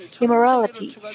immorality